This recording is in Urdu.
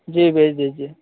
جی بھیج دیجیے